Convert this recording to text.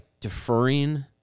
deferring